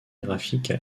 graphique